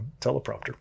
teleprompter